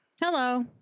Hello